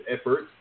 efforts